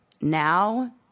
Now